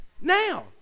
now